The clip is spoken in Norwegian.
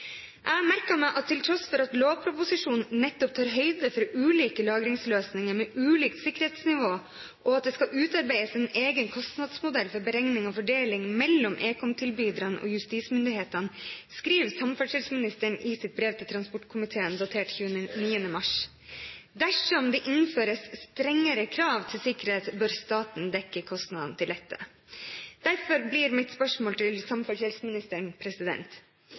Jeg har merket meg at til tross for at lovproposisjonen nettopp tar høyde for ulike lagringsløsninger med ulikt sikkerhetsnivå, og at det skal utarbeides en egen kostnadsmodell for beregning av fordeling mellom ekomtilbyderne og justismyndighetene, skriver samferdselsministeren i sitt brev til transportkomiteen datert 29. mars: «Dersom det innføres strengere krav til sikkerhet, bør staten dekke kostnaden til dette.» Derfor blir mitt spørsmål til samferdselsministeren: